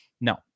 no